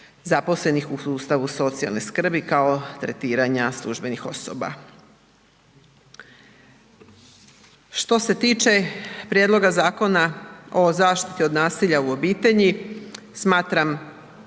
zaposlenih u sustavu socijalne skrbi kao tretiranja kao službenih osoba. Što se tiče prijedloga Zakona o zaštiti od nasilja u obitelji, smatram